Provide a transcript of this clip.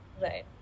Right